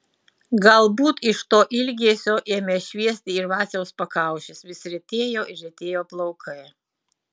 galbūt iš to ilgesio ėmė šviesti ir vaciaus pakaušis vis retėjo ir retėjo plaukai